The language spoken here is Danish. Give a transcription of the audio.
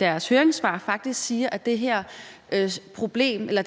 deres høringssvar faktisk siger, at det